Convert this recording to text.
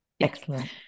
Excellent